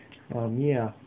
um me ah